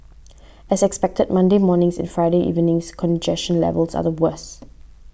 as expected Monday morning's and Friday's evening's congestion levels are the worse